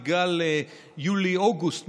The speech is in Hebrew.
בגל יולי-אוגוסט,